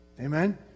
Amen